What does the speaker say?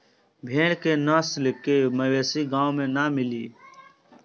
भेड़ के नस्ल के मवेशी गाँव में ना मिली